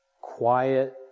quiet